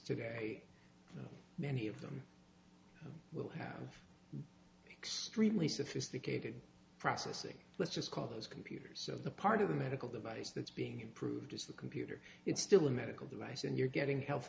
very many of them will have extremely sophisticated processing let's just call those computers and the part of the medical device that's being improved is the computer it's still a medical device and you're getting health